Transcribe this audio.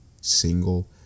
single